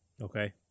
Okay